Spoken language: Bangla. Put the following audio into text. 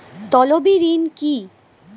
তলবি ঋন কি?